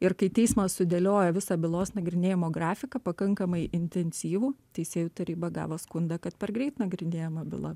ir kai teismas sudėliojo visą bylos nagrinėjimo grafiką pakankamai intensyvų teisėjų taryba gavo skundą kad per greit nagrinėjama byla